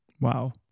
Wow